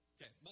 Okay